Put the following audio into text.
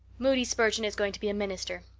moody spurgeon is going to be a minister.